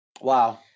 Wow